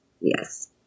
Yes